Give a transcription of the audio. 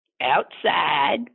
outside